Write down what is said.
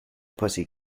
pussy